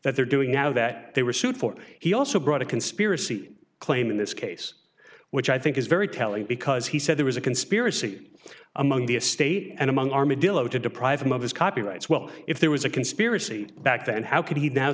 that they're doing now that they were sued for it he also brought a conspiracy claim in this case which i think is very telling because he said there was a conspiracy among the estate and among armadillo to deprive him of his copyrights well if there was a conspiracy back then how could he now